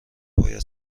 باید